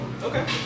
Okay